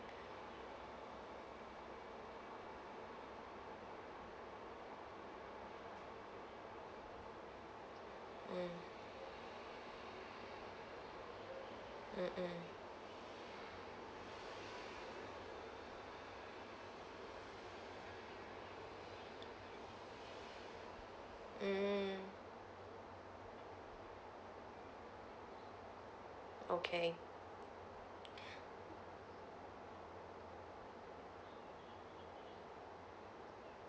mm mm mm mm okay